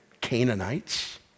Canaanites